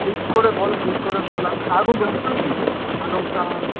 ঠিক করে বলো ঠিক করে বলো আর শাক রাখছ নাকি পালং শাক